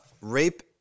rape